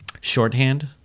shorthand